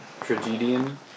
tragedian